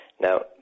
Now